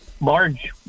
large